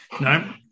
no